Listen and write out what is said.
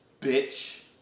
Bitch